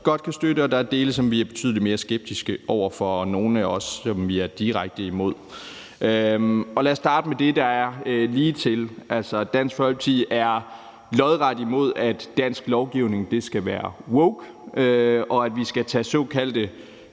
godt kan støtte, og der er dele, som vi er betydelig mere skeptiske over for, og der er også nogle dele, som vi er direkte imod, og lad os starte med det, der er ligetil. Dansk Folkeparti er lodret imod, at dansk lovgivning skal være woke, og at vi skal tage såkaldte